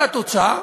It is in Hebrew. והתוצאה,